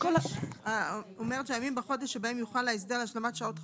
הצעת החוק אומרת שהימים בחודש שבהם יוחל ההסדר להשלמת שעות חסרות,